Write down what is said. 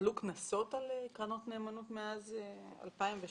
הוטלו קנסות על קרנות נאמנות מאז 2003?